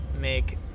make